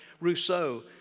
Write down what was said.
Rousseau